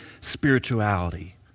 spirituality